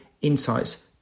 insights